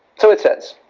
so it says